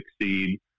succeed